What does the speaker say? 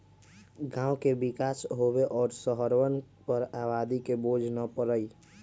गांव के विकास होवे और शहरवन पर आबादी के बोझ न पड़ई